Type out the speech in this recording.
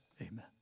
amen